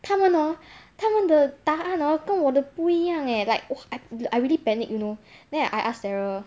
他们 hor 他们的答案 hor 跟我的不一样 eh like I !wah! I really panic you know then I ask darryl